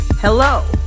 Hello